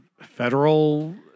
Federal